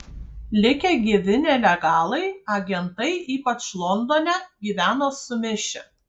likę gyvi nelegalai agentai ypač londone gyveno sumišę